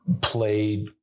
played